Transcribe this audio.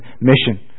Mission